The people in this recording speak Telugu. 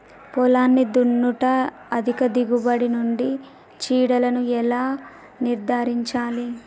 పొలాన్ని దున్నుట అధిక దిగుబడి నుండి చీడలను ఎలా నిర్ధారించాలి?